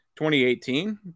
2018